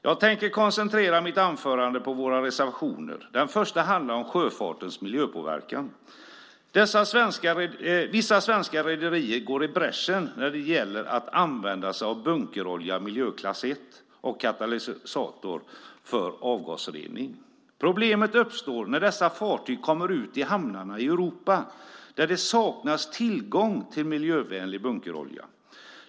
Jag tänker koncentrera mitt anförande till våra reservationer. Den första handlar om sjöfartens miljöpåverkan. Vissa svenska rederier går i bräschen när det gäller att använda sig av bunkerolja miljöklass 1 och katalysator för avgasrening. Problemet uppstår när dessa fartyg kommer till hamnar i Europa där det saknas tillgång till miljövänlig bunkerolja.